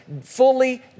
Fully